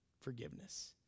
forgiveness